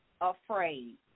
afraid